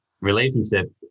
relationship